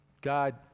God